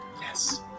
Yes